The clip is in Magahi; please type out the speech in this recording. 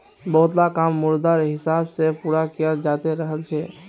बहुतला काम मुद्रार हिसाब से पूरा कियाल जाते रहल छे